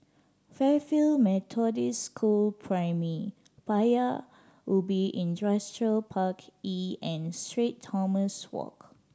Fairfield Methodist School Primary Paya Ubi Industrial Park E and Street Thomas Walk